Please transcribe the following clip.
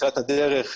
בתחילת הדרך,